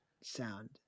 sound